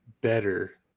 better